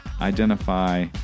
identify